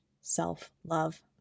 self-love